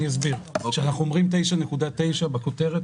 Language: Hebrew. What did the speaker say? כשאנחנו אומרים 9.9% בכותרת,